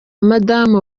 madamu